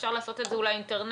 אפשר לעשות את זה אולי אינטרנטי,